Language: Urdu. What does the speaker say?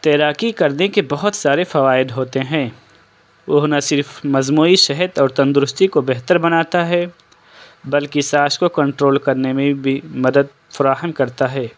تیراکی کرنے کے بہت سارے فوائد ہوتے ہیں وہ نہ صرف مجموعی صحت اور تندرستی کو بہتر بناتا ہے بلکہ سانس کو کنٹرول کرنے میں بھی مدد فراہم کرتا ہے